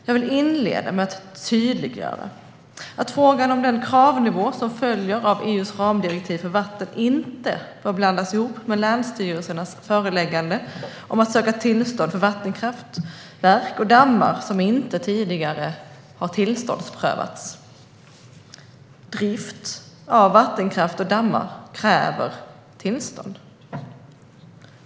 Jag vill inleda med att tydliggöra att frågan om den kravnivå som följer av EU:s ramdirektiv för vatten inte bör blandas ihop med länsstyrelsernas förelägganden om att söka tillstånd för vattenkraftverk och dammar som inte tidigare tillståndsprövats. Drift av vattenkraftverk och dammar kräver tillstånd.